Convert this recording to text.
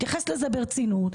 אני מתייחסת לזה ברצינות,